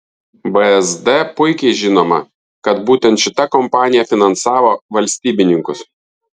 vsd puikiai žinoma kad būtent šita kompanija finansavo valstybininkus